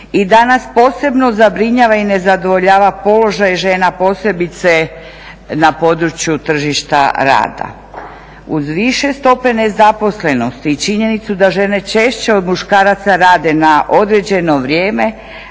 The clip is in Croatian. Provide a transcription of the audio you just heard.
I danas posebno zabrinjava i nezadovoljava položaj žena posebice na području tržišta rada. Uz više stope nezaposlenosti i činjenicu da žene češće od muškaraca rade na određeno vrijeme